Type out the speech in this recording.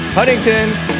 Huntington's